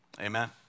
Amen